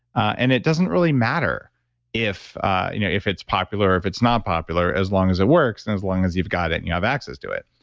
and it doesn't really matter if you know if it's popular or if it's not popular, as long as it works, and as long as you've got it and you have access to it.